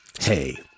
Hey